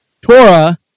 Torah